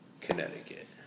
Connecticut